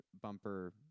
bumper